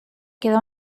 queda